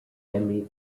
emmy